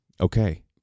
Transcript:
okay